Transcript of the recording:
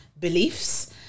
beliefs